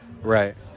right